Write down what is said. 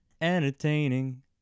entertaining